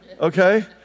okay